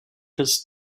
his